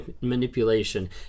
manipulation